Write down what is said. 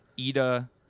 Ida